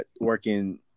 working